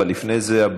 אבל לפני זה,